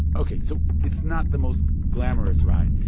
ok. so it's not the most glamorous ride.